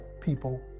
people